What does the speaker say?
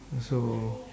uh so